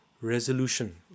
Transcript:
resolution